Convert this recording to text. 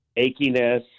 achiness